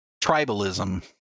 tribalism